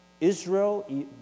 Israel